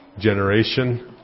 generation